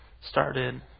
started